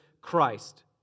Christ